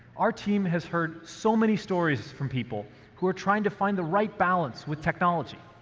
our team has heard so many stories from people who are trying to find the right balance with technology.